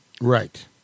Right